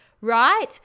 right